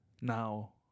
Now